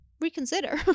reconsider